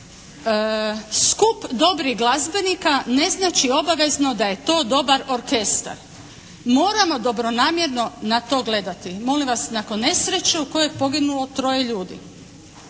"Skup dobrih glazbenika ne znači obavezno da je to dobar orkestar. Moramo dobronamjerno na to gledati." Molim nakon nesreće u kojoj je poginulo troje ljudi.